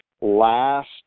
last